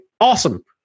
Awesome